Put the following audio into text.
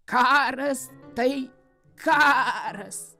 karas tai karas